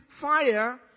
fire